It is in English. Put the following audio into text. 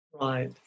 Right